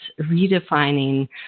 redefining